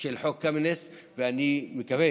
של חוק קמיניץ, ואני מקווה